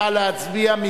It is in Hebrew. נא להצביע.